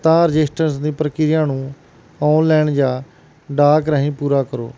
ਤਾਂ ਰਜਿਸਟਰਸ ਦੀ ਪ੍ਰਕਿਰਿਆ ਨੂੰ ਆਨਲਾਈਨ ਜਾਂ ਡਾਕ ਰਾਹੀਂ ਪੂਰਾ ਕਰੋ